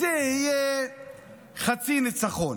זה יהיה חצי ניצחון,